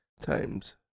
times